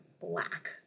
black